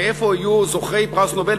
ואיפה יהיו זוכי פרס נובל,